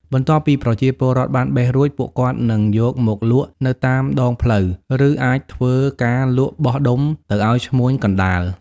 បន្ទាប់ពីប្រជាពលរដ្ឋបានបេះរួច ពួកគាត់នឹងយកមកលក់នៅតាមដងផ្លូវ ឬអាចធ្វើការលក់បោះដុំទៅអោយឈ្មួញកណ្តាល។